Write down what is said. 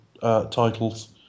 titles